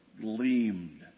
gleamed